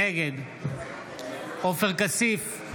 נגד עופר כסיף,